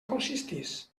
consistix